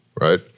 right